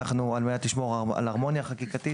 על מנת לשמור על הרמוניה חקיקתית,